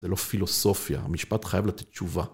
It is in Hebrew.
זה לא פילוסופיה, המשפט חייב לתת תשובה.